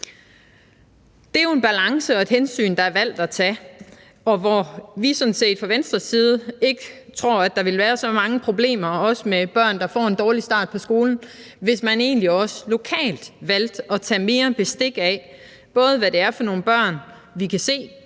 Det er jo en balance og et hensyn, man har valgt at tage. Fra Venstres side tror vi sådan set ikke, at der vil være så mange problemer med børn, der får en dårlig start på skolen, hvis man lokalt valgte at tage mere bestik af, både hvad det er for nogle børn, vi kan se